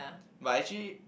but actually